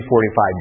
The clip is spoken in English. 45